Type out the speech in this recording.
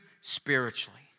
spiritually